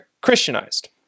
Christianized